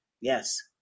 Yes